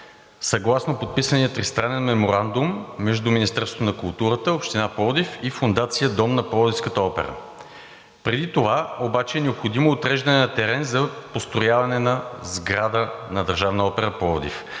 Съгласно подписания тристранен меморандум между Министерството на културата, Община Пловдив и Фондация „Дом за Пловдивската опера“, преди това обаче е необходимо отреждане на терен за построяване на сграда на Държавната опера – Пловдив.